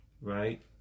Right